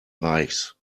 reichs